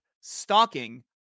stalking